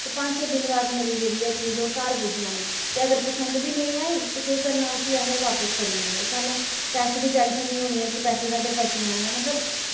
पंज छे दिन बाद जेह्ड़ी ऐ ओह् चीज़ मेरे घर पुज्जी जानी ते अगर पसंद बी नेईं आई ते केह् करना उस्सी अस बापस करी ओड़ने सानूं पैसे दी टैंशन निं होनी ऐ कि पैसे साढ़े फसी जाने ऐ